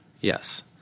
Yes